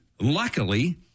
luckily